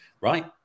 right